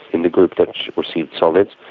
in the group that received solids,